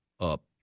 up